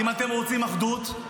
אין לו אפשרות להתמודד מול הרגולציה.